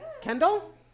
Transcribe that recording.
Kendall